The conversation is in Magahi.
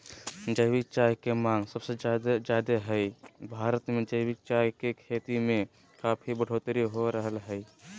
जैविक चाय के मांग सबसे ज्यादे हई, भारत मे जैविक चाय के खेती में काफी बढ़ोतरी हो रहल हई